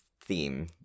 theme